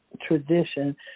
tradition